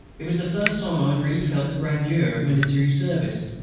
it was the first time i had really felt the grandeur of military service.